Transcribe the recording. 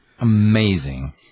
Amazing